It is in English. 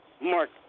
Mark